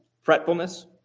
fretfulness